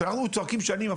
שאנחנו צועקים שנים,